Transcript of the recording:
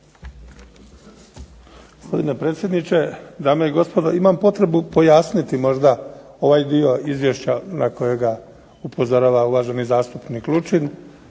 predsjedniče, dame i gospodo, imam potrebu pojasniti možda ovaj dio izvješća na kojega upozorava uvaženi zastupnik Lučin,